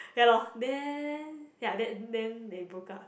ya lor then ya that then they broke up